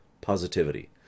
positivity